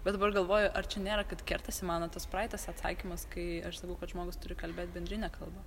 bet dabar galvoju ar čia nėra kad kertasi mano tas praeitas atsakymas kai aš sakau kad žmogus turi kalbėt bendrine kalba